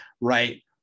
right